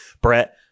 Brett